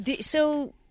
So-